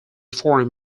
form